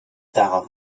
darauf